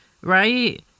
Right